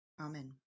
Amen